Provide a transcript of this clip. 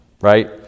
right